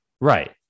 Right